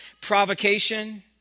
provocation